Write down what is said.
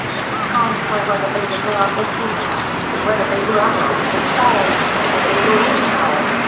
and we can't tell whether they were male or female, or whether they were adult or child, because they were all charred.